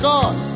God